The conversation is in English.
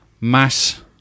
mass